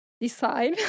decide